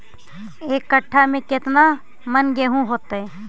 एक कट्ठा में केतना मन गेहूं होतै?